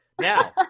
Now